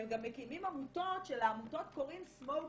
הם גם מקימים עמותות שלעמותות קוראים smoke free.